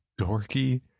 dorky